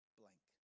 blank